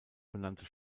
benannte